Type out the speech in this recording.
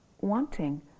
wanting